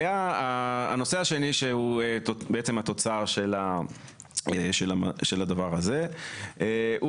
הנושא השני שהוא התוצר של הדבר הזה הוא